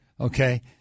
Okay